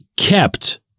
kept